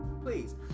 Please